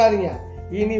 Ini